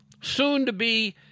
soon-to-be